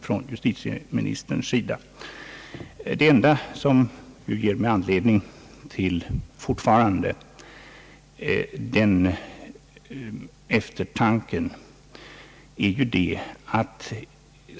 Det är emellertid en sak som fortfarande ger anledning till eftertanke.